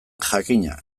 jakina